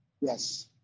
Yes